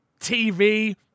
TV